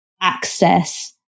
access